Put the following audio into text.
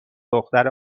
دختره